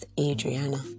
Adriana